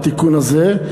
התיקון הזה.